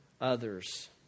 others